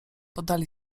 podali